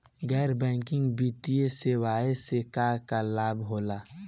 गैर बैंकिंग वित्तीय सेवाएं से का का लाभ होला?